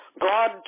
God